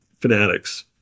fanatics